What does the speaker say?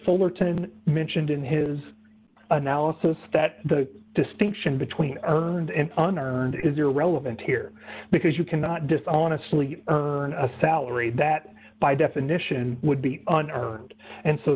fullerton mentioned in his analysis that the distinction between earned and unearned is irrelevant here because you cannot dishonestly earn a salary that by definition would be an earned and so